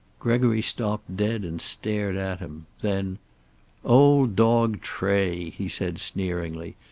gregory stopped dead and stared at him. then old dog tray! he said sneeringly.